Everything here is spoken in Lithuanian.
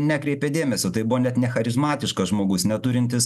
nekreipė dėmesio tai buvo net ne charizmatiškas žmogus neturintis